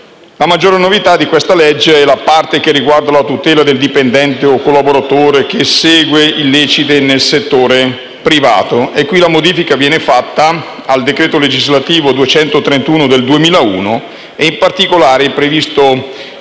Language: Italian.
La maggiore novità di questo provvedimento è la parte che riguarda la tutela del dipendente o collaboratore che segnala condotte illecite nel settore privato. Qui la modifica viene fatta al decreto legislativo n. 231 del 2001. In particolare, è previsto